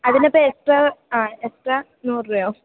അതിനിപ്പം പ എക്സ്ട്രാ അ എക്സ്ട്രാ നൂറു രൂപയോ